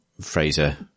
Fraser